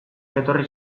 etorri